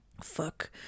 Fuck